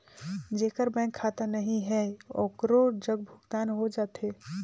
जेकर बैंक खाता नहीं है ओकरो जग भुगतान हो जाथे?